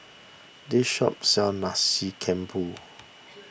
this shop sells Nasi Campur